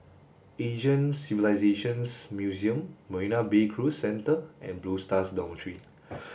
Asian Civilisations Museum Marina Bay Cruise Centre and Blue Stars Dormitory